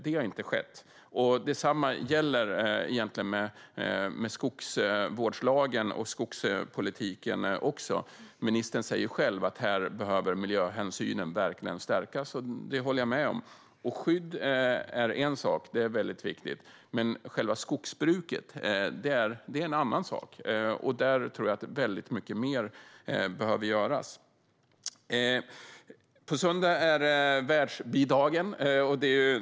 Det har inte skett. Detsamma gäller egentligen skogsvårdslagen och skogspolitiken. Ministern säger själv att här behöver miljöhänsynen verkligen stärkas, och det håller jag med om. Skydd är en sak - det är väldigt viktigt - men själva skogsbruket är en annan sak. Där tror jag att väldigt mycket mer behöver göras. På söndag är det Världsbidagen.